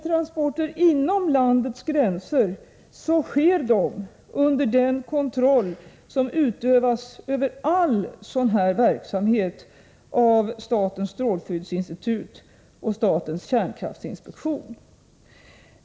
Transporter inom landets gränser sker under samma kontroll som utövas över all sådan verksamhet av statens strålskyddsinstitut och statens kärnkraftsinspektion.